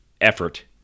effort